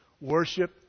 Worship